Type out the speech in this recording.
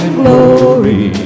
glory